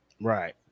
right